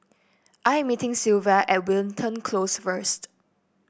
I am meeting Sylva at Wilton Close first